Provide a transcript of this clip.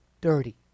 dirty